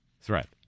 threat